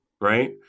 Right